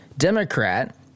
Democrat